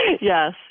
Yes